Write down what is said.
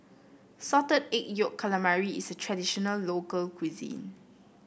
Salted Egg Yolk Calamari is a traditional local cuisine